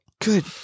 good